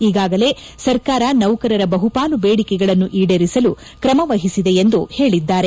ಈಗಾಗಲೇ ಸರ್ಕಾರ ನೌಕರರ ಬಹುಪಾಲು ಬೇಡಿಕೆಗಳನ್ನು ಈಡೇರಿಸಲು ಕ್ರಮ ವಹಿಸಿದೆ ಎಂದು ಹೇಳಿದ್ದಾರೆ